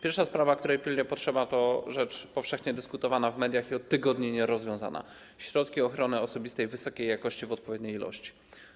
Pierwsza sprawa, której pilnie potrzeba, to rzecz powszechnie dyskutowana w mediach i od tygodni nierozwiązana: środki ochrony osobistej wysokiej jakości w odpowiedniej ilości.